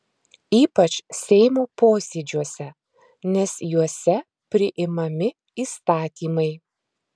ypač seimo posėdžiuose nes juose priimami įstatymai